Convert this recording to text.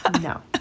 No